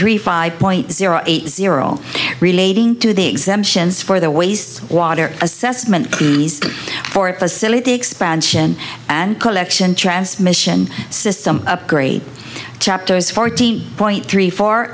three five point zero eight zero relating to the exemptions for the waste water assessment facility expansion and collection transmission system upgrade chapters fourteen point three four